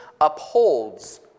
upholds